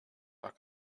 are